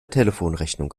telefonrechnung